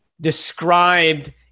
described